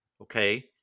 okay